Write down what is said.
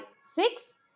six